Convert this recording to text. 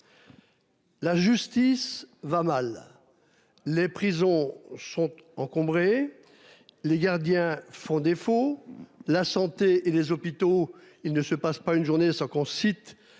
La justice va mal. Les prisons sont encombrés. Les gardiens font défaut. La santé et les hôpitaux. Il ne se passe pas une journée sans qu'on cite